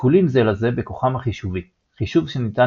שקולים זה לזה בכוחם החישובי – חישוב שניתן